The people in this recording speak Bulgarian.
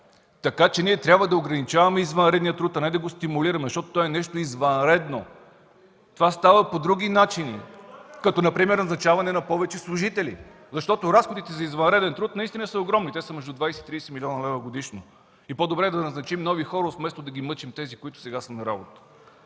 от КБ.) Ние трябва да ограничаваме извънредния труд, а не да го стимулираме, защото той е нещо извънредно. Това става по други начини (шум и реплики от КБ), като например назначаване на повече служители, защото разходите за извънреден труд наистина са огромни – те са между 20-30 млн. лв. годишно, и по-добре да назначим нови хора, вместо да мъчим тези, които сега са на работа.